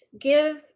give